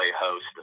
host